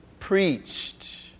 preached